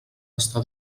està